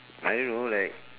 I don't know like